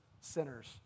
sinners